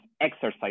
exercise